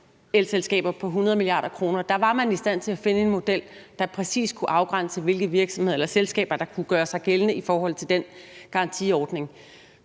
elselskaber på 100 mia. kr., var man i stand til at finde en model, der præcis kunne afgrænse, hvilke selskaber der kunne gøre sig gældende i forhold til den garantiordning.